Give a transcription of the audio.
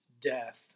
death